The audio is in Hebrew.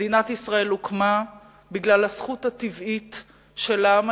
מדינת ישראל הוקמה בגלל הזכות הטבעית של העם